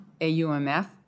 AUMF